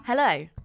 Hello